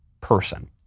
person